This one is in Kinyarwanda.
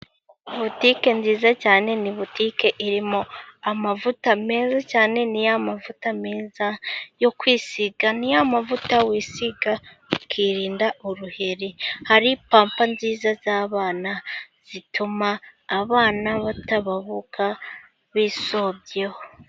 Butike nziza cyane ni butike irimo amavuta meza cyane, ni ya mavuta meza yo kwisiga, ni ya mavuta wisiga ukirinda uruheri, hari pampa nziza z'abana, zituma abana batababuka bisobyeho.